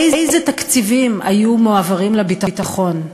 איזה תקציבים היו מועברים לביטחון?